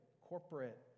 corporate